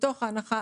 מתוך ההנחה,